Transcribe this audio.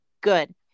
Good